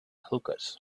hookahs